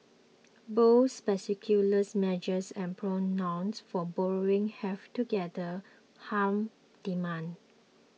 both measures and prudent norms for borrowing have together hurt demand